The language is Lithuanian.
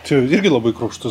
čia jau irgi labai kruopštus